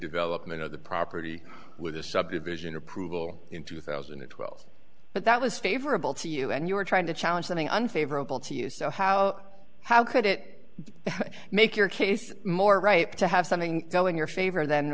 development of the property with the subdivision approval in two thousand and twelve but that was favorable to you and you were trying to challenge something unfavorable to you so how how could it make your case more ripe to have something telling your favor then